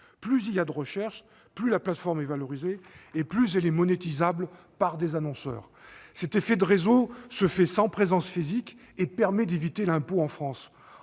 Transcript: Plus il y a de recherches, plus la plateforme est valorisée et plus elle est monétisable par des annonceurs. Cet effet de réseau se fait sans présence physique et permet d'éviter l'impôt en France